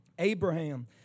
Abraham